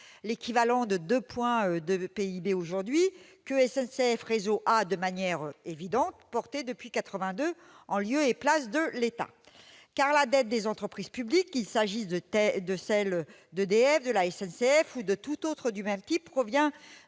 l'équivalent de 2 points de PIB aujourd'hui, que SNCF Réseau a incontestablement porté depuis 1982, en lieu et place de l'État. En effet, la dette des entreprises publiques, qu'il s'agisse de celle d'EDF, de la SNCF ou de toute autre du même type, provient,